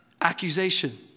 Accusation